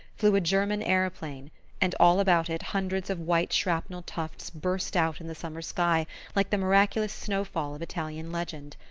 flew a german aeroplane and all about it hundreds of white shrapnel tufts burst out in the summer sky like the miraculous snow-fall of italian legend.